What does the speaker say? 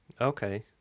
Okay